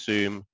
Zoom